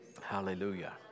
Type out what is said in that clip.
Hallelujah